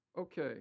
Okay